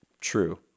True